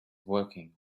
working